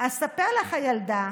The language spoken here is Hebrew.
"אספר לך הילדה,